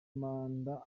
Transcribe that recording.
manda